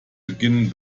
beginnen